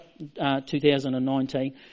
2019